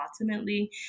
ultimately